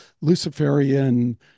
Luciferian